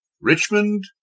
Richmond